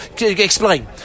explain